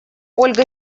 ольга